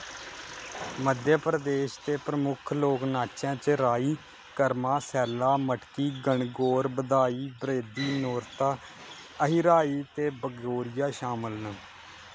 मध्य प्रदेश दे प्रमुख लोक नाचें च राई कर्मा सैला मटकी गणगौर बधाई बरेदी नौरता अहिराई ते भगोरिया शामल न